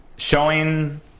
showing